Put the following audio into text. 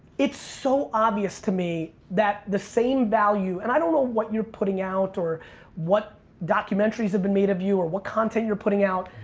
it's so obvious to me, that the same value and i don't know what you're putting out or what documentaries have been made of you or what content you're putting out.